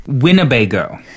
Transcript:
Winnebago